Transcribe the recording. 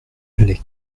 les